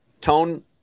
Tone